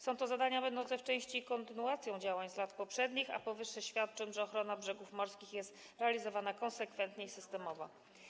Są to zadania będące w części kontynuacją działań z lat poprzednich, a powyższe świadczą, że ochrona brzegów morskich jest realizowana konsekwentnie i systemowo.